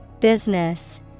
Business